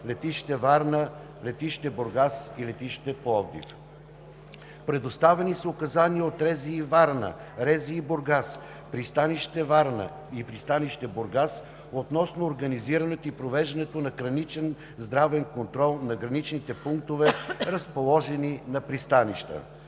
летище Варна, летище Бургас и летище Пловдив. Предоставени са указания от РЗИ – Варна, РЗИ – Бургас, пристанище Варна и пристанище Бургас относно организирането и провеждането на граничен здравен контрол на граничните пунктове, разположени на пристанища.